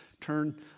turn